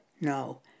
No